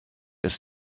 ist